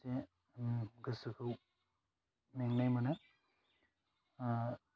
बे गोसोखौ मेंनाय मोनो आह